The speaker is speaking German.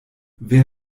wer